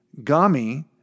Gami